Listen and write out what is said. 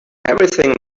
everything